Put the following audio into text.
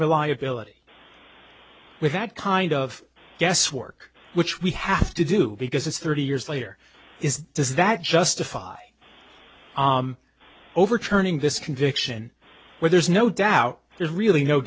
reliability with that kind of guesswork which we have to do because it's thirty years later is does that justify overturning this conviction where there's no doubt there's really no